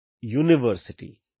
university